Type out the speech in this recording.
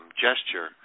gesture